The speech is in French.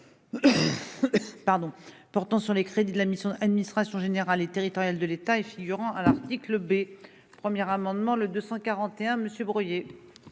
portant sur les crédits de la mission Administration générale et territoriale de l'État et figurant à l'article premier amendement le 241 monsieur.